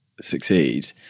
succeed